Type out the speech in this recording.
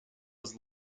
was